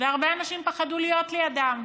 והרבה אנשים פחדו להיות לידם,